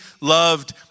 loved